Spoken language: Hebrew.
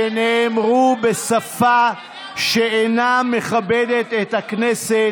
שנאמרו בשפה שאינה מכבדת את הכנסת